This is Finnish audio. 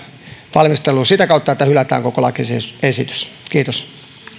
valmisteluun sitä kautta että hylätään koko lakiesitys kiitos